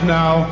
now